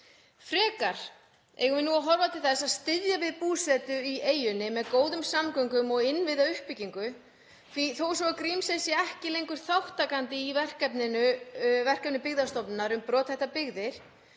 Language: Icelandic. Frekar eigum við að horfa til þess að styðja við búsetu í eyjunni með góðum samgöngum og innviðauppbyggingu, því þó svo að Grímsey sé ekki lengur þátttakandi í verkefni Byggðastofnunar um brothættar byggðir